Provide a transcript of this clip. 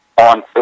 on